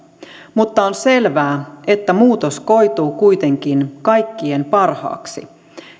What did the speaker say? mutta on selvää että muutos koituu kuitenkin kaikkien parhaaksi